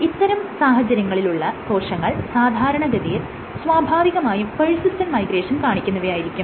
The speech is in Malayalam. ഇത്തരം സാഹചര്യങ്ങളിൽ ഉള്ള കോശങ്ങൾ സാധാരണഗതിയിൽ സ്വാഭാവികമായും പെർസിസ്റ്റന്റ് മൈഗ്രേഷൻ കാണിക്കുന്നവയായിരിരിക്കും